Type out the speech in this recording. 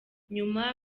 nyuma